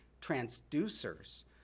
transducers